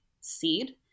seed